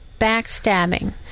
backstabbing